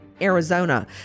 Arizona